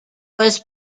was